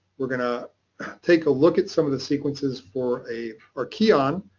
we're gonna take a look at some of the sequences for a archeon,